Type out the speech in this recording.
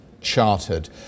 Chartered